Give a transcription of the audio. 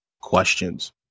questions